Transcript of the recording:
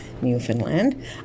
Newfoundland